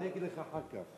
אני אגיד לך אחר כך.